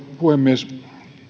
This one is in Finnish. puhemies